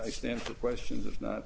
i stand for questions of not